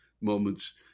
moments